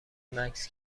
مکث